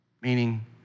Meaning